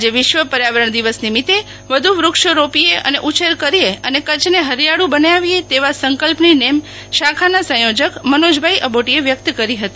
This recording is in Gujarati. આજે વિશ્વ પર્યાવરણ દિવસ નિમિતે વધુ વૃક્ષો રોપીએ અને ઉછેર કરીએ અને કચ્છને હરિયાળું બનાવીએ તેવા સંક્લાપની નેમ શાખાના સંથોજક મનોજભાઈ અબોટીએ વ્યક્ત કરી હતી